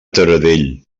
taradell